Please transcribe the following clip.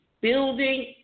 building